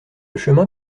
chemin